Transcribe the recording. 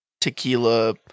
tequila